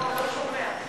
לא, הוא לא שומע.